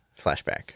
flashback